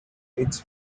its